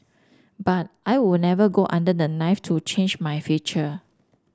but I would never go under the knife to change my feature